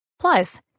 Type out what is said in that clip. Plus